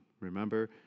Remember